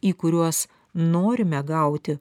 į kuriuos norime gauti